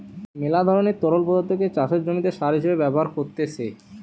মেলা ধরণের তরল পদার্থকে চাষের জমিতে সার হিসেবে ব্যবহার করতিছে